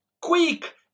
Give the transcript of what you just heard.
quick